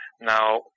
Now